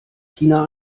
tina